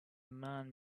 man